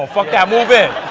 fuck that. move in.